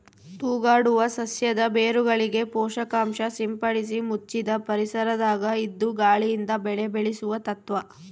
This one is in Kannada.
ತೂಗಾಡುವ ಸಸ್ಯದ ಬೇರುಗಳಿಗೆ ಪೋಷಕಾಂಶ ಸಿಂಪಡಿಸಿ ಮುಚ್ಚಿದ ಪರಿಸರದಾಗ ಇದ್ದು ಗಾಳಿಯಿಂದ ಬೆಳೆ ಬೆಳೆಸುವ ತತ್ವ